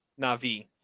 navi